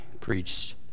preached